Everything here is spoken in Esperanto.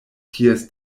ties